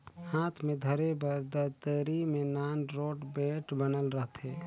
हाथ मे धरे बर दतरी मे नान रोट बेठ बनल रहथे